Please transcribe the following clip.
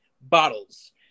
bottles